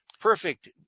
perfect